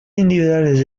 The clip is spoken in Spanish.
individuales